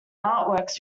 artworks